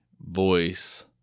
voice